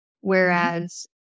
Whereas